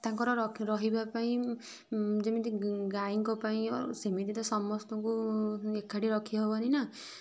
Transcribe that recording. ତାଙ୍କର ରହିବା ପାଇଁ ଯେମିତି ଗାଈଙ୍କ ପାଇଁ ସେମିତି ତ ସମସ୍ତଙ୍କୁ ଏକାଠି ତ ରଖି ହେବନି ନା